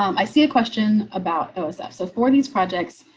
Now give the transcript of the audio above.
um i see a question about those. ah so for these projects.